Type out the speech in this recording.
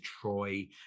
Troy